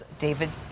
David